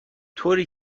طوری